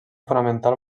fonamentar